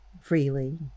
freely